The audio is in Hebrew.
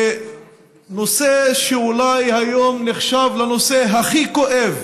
לנושא שאולי היום נחשב לנושא הכי כואב